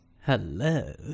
hello